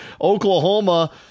Oklahoma